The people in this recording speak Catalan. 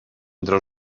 entre